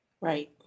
Right